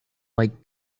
like